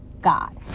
god